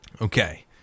Okay